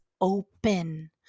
open